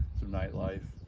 some night life.